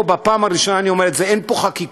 בפעם הראשונה אני אומר את זה: אין פה חקיקה,